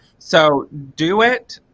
so do it,